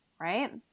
right